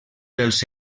dels